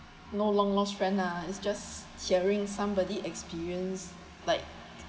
no long lost friend lah it's just sharing somebody experience like